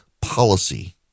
policy